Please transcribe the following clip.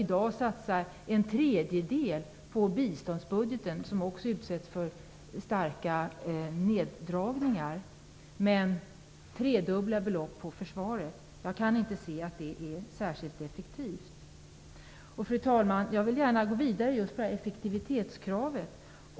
I dag satsas en tredjedel på biståndsbudgeten, som också utsätts för starka neddragningar, men tredubbla belopp på försvaret. Jag kan inte se att detta är särskilt är effektivt. Fru talman! Jag vill gärna gå vidare när det gäller effektivitetskravet.